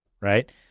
right